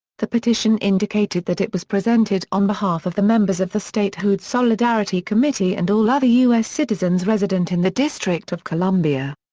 the petition indicated that it was presented on behalf of the members of the statehood solidarity committee and all other u s. citizens resident in the district of columbia.